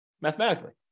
mathematically